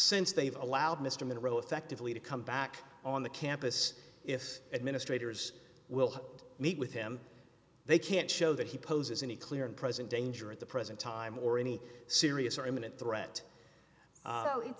since they've allowed mr monroe effectively to come back on the campus if administrators will meet with him they can't show that he poses any clear and present danger at the present time or any serious or imminent threat so it's